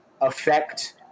affect